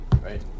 right